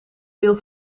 deel